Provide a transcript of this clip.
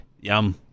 Yum